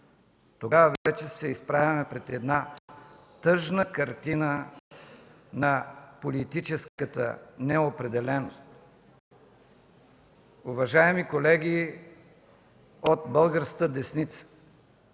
тогава вече се изправяме пред една тъжна картина на политическата неопределеност. Уважаеми колеги от българската десница,